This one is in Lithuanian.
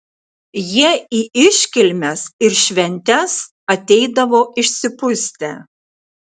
jie į iškilmes ir šventes ateidavo išsipustę